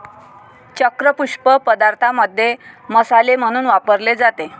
चक्र पुष्प पदार्थांमध्ये मसाले म्हणून वापरले जाते